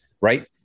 Right